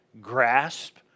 grasp